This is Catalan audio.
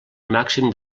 màxim